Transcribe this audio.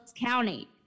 County